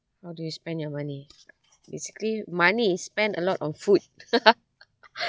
how do you spend your money basically money is spent a lot on food